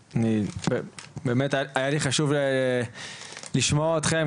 היה לי חשוב לשמוע אתכם,